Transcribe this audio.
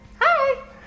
Hi